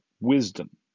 wisdom